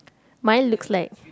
mine looks like